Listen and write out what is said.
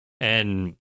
And-